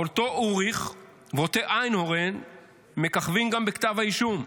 אבל אותו אוריך ואותו איינהורן מככבים גם בכתב האישום.